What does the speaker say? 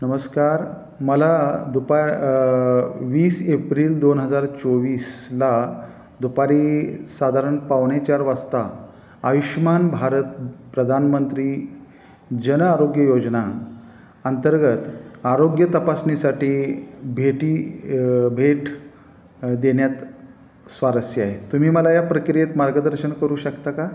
नमस्कार मला दुपार वीस एप्रिल दोन हजार चोवीसला दुपारी साधारण पावणे चार वाजता आयुष्मान भारत प्रधानमंत्री जन आरोग्य योजना अंतर्गत आरोग्य तपासणीसाठी भेटी भेट देण्यात स्वारस्य आहे तुम्ही मला या प्रक्रियेत मार्गदर्शन करू शकता का